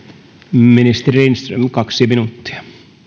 ministeri lindström kaksi minuuttia